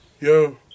Yo